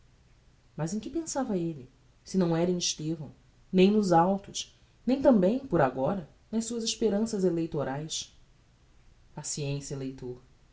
mas em que pensava elle se não era em estevão nem nos autos nem tambem por agora nas suas esperanças eleitoraes paciencia leitor